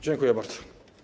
Dziękuję bardzo.